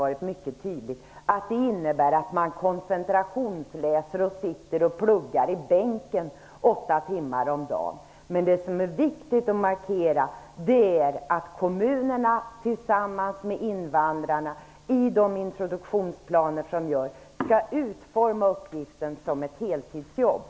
Vi har inte sagt att det innebär att man koncentrationsläser och sitter och pluggar i bänken åtta timmar om dagen, Ulf Melin. Det som är viktigt att markera är att kommunerna tillsammans med invandrarna skall utforma uppgiften som ett heltidsjobb i de introduktionsplaner som görs.